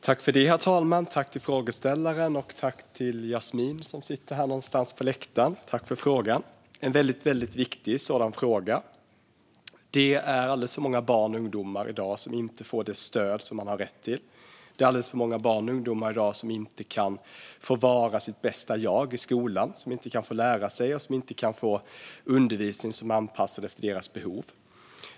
Herr talman! Jag tackar frågeställaren och Jasmin, som sitter på läktaren, för frågan. Det är en väldigt viktig fråga. Det är alldeles för många barn och ungdomar som i dag inte får det stöd som de har rätt till. Det är alldeles för många barn och ungdomar som i dag inte kan få vara sitt bästa jag i skolan och som inte får undervisning som är anpassad efter deras behov.